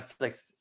netflix